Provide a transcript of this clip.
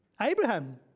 Abraham